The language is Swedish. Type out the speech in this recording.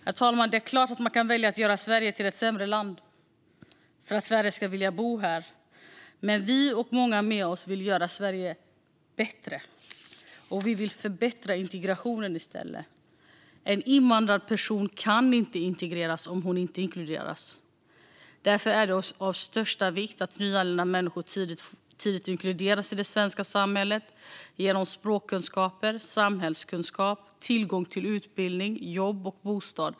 Herr talman! Det är klart att man kan välja att göra Sverige till ett sämre land för att färre ska vilja bo här. Men vi och många med oss vill göra Sverige bättre. Vi vill förbättra integrationen i stället. En invandrad person kan inte integreras om hon inte inkluderas. Därför är det av största vikt att nyanlända människor tidigt inkluderas i det svenska samhället genom språkkunskaper, samhällskunskap och tillgång till utbildning, jobb och bostad.